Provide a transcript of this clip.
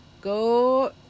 Go